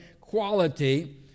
quality